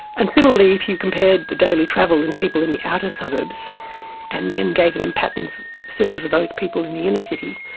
and similarly if you compared the daily travel in people in the outer suburbs and then gave them patterns similar to those people in the inner city,